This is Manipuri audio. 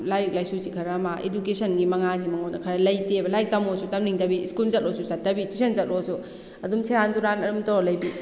ꯂꯥꯏꯔꯤꯛ ꯂꯥꯏꯁꯨꯁꯤ ꯈꯔ ꯃꯥ ꯏꯗꯨꯀꯦꯁꯟꯒꯤ ꯃꯉꯥꯜꯁꯤ ꯃꯉꯣꯟꯗ ꯈꯔ ꯂꯩꯇꯦꯕ ꯂꯥꯏꯔꯤꯛ ꯇꯝꯃꯣꯁꯨ ꯇꯝꯅꯤꯡꯗꯕꯤ ꯁ꯭ꯀꯨꯟ ꯆꯠꯂꯣꯁꯨ ꯆꯠꯇꯕꯤ ꯇꯥꯨꯏꯁꯟ ꯆꯠꯂꯣꯁꯨ ꯑꯗꯨꯝ ꯁꯦꯔꯥꯟ ꯇꯨꯔꯥꯟ ꯑꯗꯨꯝ ꯇꯧꯔ ꯂꯩꯕꯤ